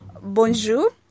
bonjour